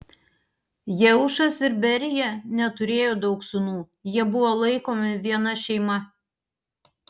jeušas ir berija neturėjo daug sūnų jie buvo laikomi viena šeima